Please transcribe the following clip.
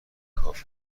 کافی